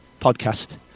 podcast